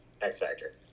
X-Factor